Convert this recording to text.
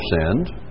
sinned